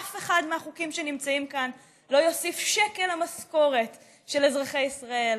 אף אחד מהחוקים שנמצאים כאן לא יוסיף שקל למשכורת של אזרחי ישראל,